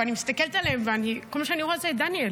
ואני מסתכלת עליהם וכל מה שאני רואה זה את דניאל.